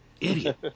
idiot